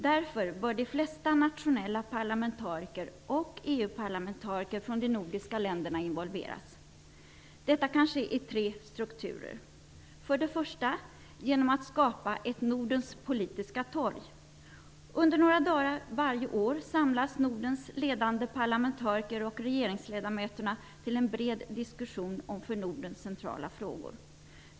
Därför bör de flesta nationella parlamentariker och EU-parlamentariker från de nordiska länderna involveras. Detta kan ske i tre strukturer. För det första vill vi skapa ett Nordens politiska torg. Under några dagar varje år samlas Nordens ledande parlamentariker och regeringsledamöterna till en bred diskussion om för Norden centrala frågor.